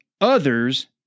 others